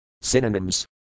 Synonyms